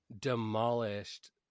demolished